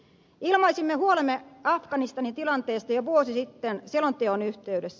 ilmaisimme huolemme afganistanin tilanteesta jo vuosi sitten selonteon yhteydessä